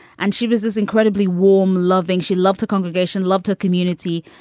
and she was this incredibly warm, loving. she loved her congregation, loved her community.